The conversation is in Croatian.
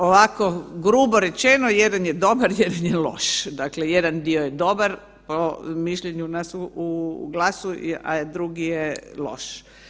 Ovako grubo rečeno, jedan je dobar, jedan je loš, dakle jedan dio je dobar po mišljenju nas u GLAS-u, a drugi je loš.